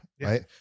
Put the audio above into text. right